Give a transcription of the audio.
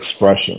expression